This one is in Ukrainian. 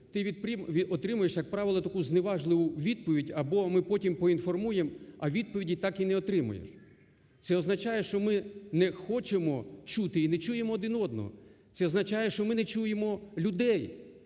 ти отримуєш, як правило, таку зневажливу відповідь, або ми потім поінформуємо, а відповіді так і не отримуєш. Це означає, що ми не хочемо чути і не чуємо один одного, це означає, що ми не чуємо людей,